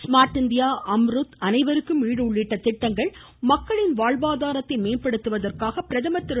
smart India Amrut அனைவருக்கும் வீடு உள்ளிட்ட திட்டங்கள் மக்களின் வாழ்வாதாரத்தை மேம்படுத்துவதற்காக பிரதமர் திரு